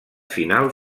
final